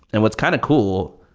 and what's kind of cool,